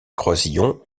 croisillons